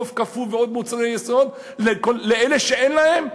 עוף קפוא ועוד מוצרי יסוד לאלה שאין להם,